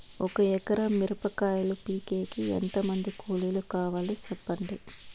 ఒక ఎకరా మిరప కాయలు పీకేకి ఎంత మంది కూలీలు కావాలి? సెప్పండి?